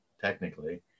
technically